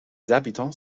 habitants